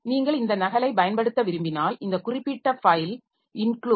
நீங்கள் இந்த நகலைப் பயன்படுத்த விரும்பினால் இந்த குறிப்பிட்ட ஃபைல் includeunistd